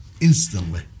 Instantly